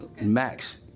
max